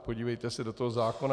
Podívejte se do toho zákona.